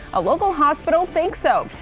a local hospital thinks so.